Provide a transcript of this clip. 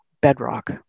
bedrock